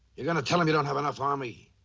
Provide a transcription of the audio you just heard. you're going to tell them you don't have enough army.